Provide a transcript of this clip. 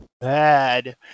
bad